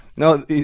No